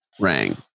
rang